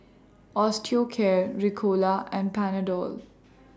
Osteocare Ricola and Panadol